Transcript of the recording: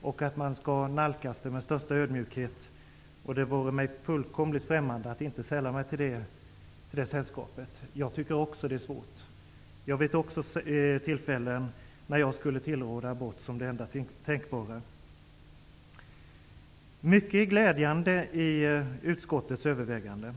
och att man skall nalkas den med största ödmjukhet. Det vore mig fullkomligt främmande att inte sälla mig till det sällskapet. Också jag tycker att det är en svår fråga. Jag vet tillfällen då jag skulle tillråda abort som det enda tänkbara. Mycket är glädjande i utskottets överväganden.